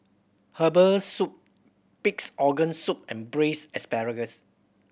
herbal soup Pig's Organ Soup and Braised Asparagus